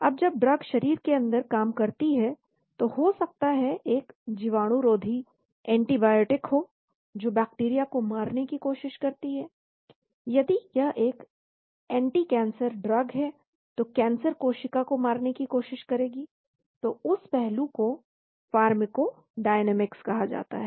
अब जब ड्रग शरीर के अंदर काम करती है तो हो सकता है एक जीवाणुरोधी एंटीबायोटिक हो जो बैक्टीरिया को मारने की कोशिश करती है यदि यह एक एंटीकैंसर ड्रग है तो कैंसर कोशिका को मारने की कोशिश करेगी तो उस पहलू को फार्माकोडायनामिक्स कहा जाता है